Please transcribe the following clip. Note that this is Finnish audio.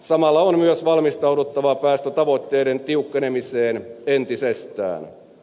samalla on myös valmistauduttava päästötavoitteiden tiukkenemiseen entisestään